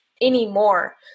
anymore